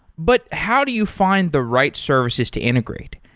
but how do you find the right services to integrate?